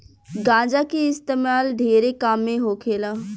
गांजा के इस्तेमाल ढेरे काम मे होखेला